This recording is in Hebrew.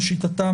לשיטתם,